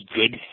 good